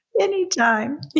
Anytime